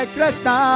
Krishna